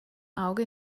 auge